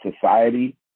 society